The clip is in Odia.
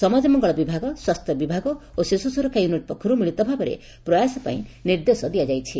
ସମାଜ ମଙ୍ଗଳ ବିଭାଗ ସ୍ୱାସ୍ଥ୍ୟ ବିଭାଗ ଓ ଶିଶୁ ସୁରକ୍ଷା ୟୁନିଟ୍ ପକ୍ଷରୁ ମିଳିତ ଭାବରେ ପ୍ରୟାସ ପାଇଁ ନିର୍ଦ୍ଦେଶ ଦିଆଯାଇଛି